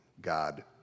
God